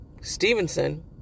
Stevenson